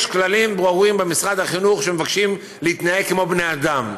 יש כללים ברורים במשרד החינוך שמבקשים להתנהג כמו בני אדם,